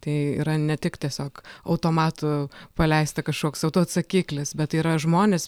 tai yra ne tik tiesiog automatu paleista kažkoks autoatsakiklis bet tai yra žmonės